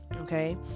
okay